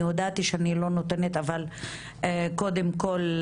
אני הודעתי שאני לא נותנת אבל קודם כול,